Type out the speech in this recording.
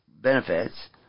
benefits